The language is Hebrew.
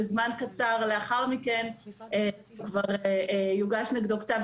וזמן קצר לאחר מכן כבר יוגש נגדו כתב